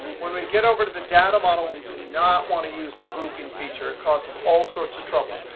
when we get over to the data model, we do not want to use the grouping feature. it causes all sorts of trouble.